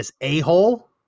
a-hole